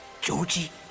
Georgie